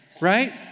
right